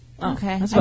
Okay